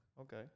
Okay